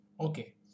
Okay